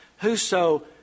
Whoso